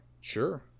sure